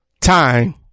time